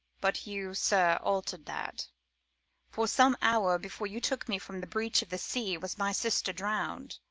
but you, sir, alter'd that for some hour before you took me from the breach of the sea was my sister drown'd.